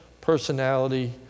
personality